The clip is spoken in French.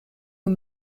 aux